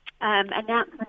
announcement